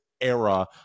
era